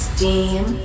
Steam